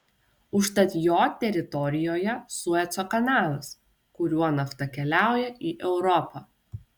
užtat jo teritorijoje sueco kanalas kuriuo nafta keliauja į europą